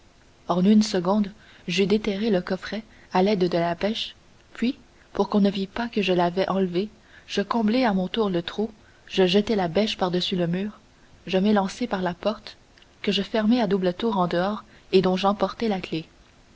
en une seconde j'eus déterré le coffret à l'aide de la bêche puis pour qu'on ne vît pas que je l'avais enlevé je comblai à mon tour le trou je jetai la bêche par-dessus le mur je m'élançai par la porte que je fermai à double tour en dehors et dont j'emportai la clef